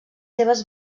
seves